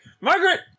Margaret-